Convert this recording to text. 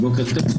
בוקר טוב,